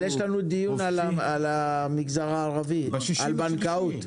יש לנו דיון על המגזר הערבי על בנקאות.